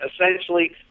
essentially